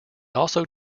also